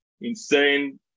insane